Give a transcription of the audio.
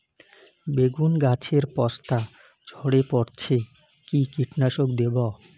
বেগুন গাছের পস্তা ঝরে পড়ছে কি কীটনাশক দেব?